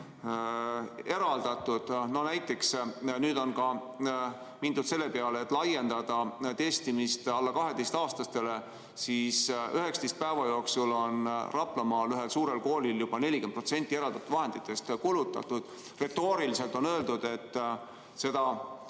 eraldatud. Nüüd on mindud ka selle peale, et laiendada testimist alla 12-aastastele. Näiteks 19 päeva jooksul on Raplamaal ühel suurel koolil juba 40% eraldatud vahenditest kulutatud. Retooriliselt on öeldud, et selle